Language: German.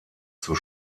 zur